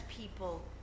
people